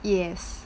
yes